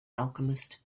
alchemist